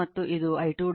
ಮತ್ತು ಮತ್ತು ಇದು I2 ಆಗಿದೆ